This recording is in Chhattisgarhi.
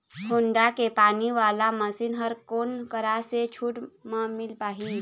होण्डा के पानी वाला मशीन हर कोन करा से छूट म मिल पाही?